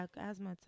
asthma